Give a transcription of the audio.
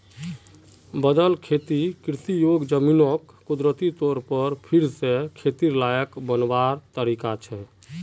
बदल खेतिर कृषि योग्य ज़मीनोक कुदरती तौर पर फेर से खेतिर लायक बनवार तरीका छे